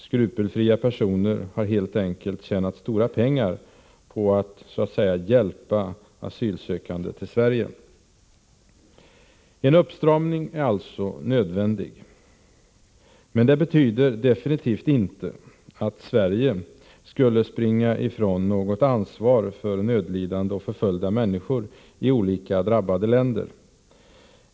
Skrupelfria personer har helt enkelt tjänat stora pengar på att ”hjälpa” asylsökande till Sverige. En uppstramning är alltså nödvändig. Men det betyder definitivt inte att Sverige skulle springa ifrån något ansvar för nödlidande och förföljda människor i olika drabbade länder.